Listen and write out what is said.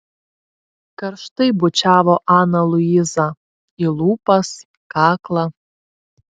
karštai bučiavo aną luizą į lūpas kaklą